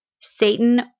Satan